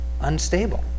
unstable